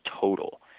total